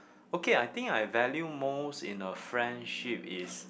okay I think I value most in a friendship is